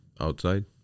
outside